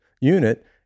unit